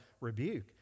rebuke